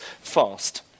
fast